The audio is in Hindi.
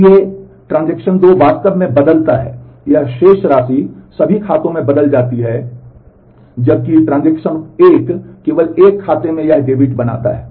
इसलिए ट्रांज़ैक्शन 2 वास्तव में बदलता है यह शेष राशि सभी खातों में बदल जाती है जबकि ट्रांज़ैक्शन 1 केवल एक खाते में यह डेबिट बनाता है